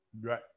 right